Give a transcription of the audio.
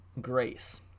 grace